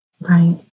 Right